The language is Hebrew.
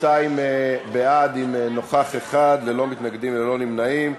52 בעד, עם נוכח אחד, ללא מתנגדים, ללא נמנעים.